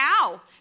now